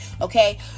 okay